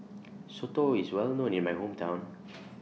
Soto IS Well known in My Hometown